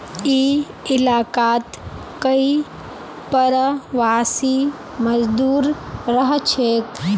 ई इलाकात कई प्रवासी मजदूर रहछेक